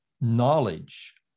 knowledge